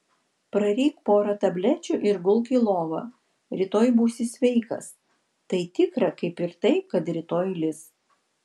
praryk porą tablečių ir gulk į lovą rytoj būsi sveikas tai tikra kaip ir tai kad rytoj lis